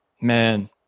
Man